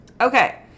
Okay